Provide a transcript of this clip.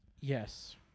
Yes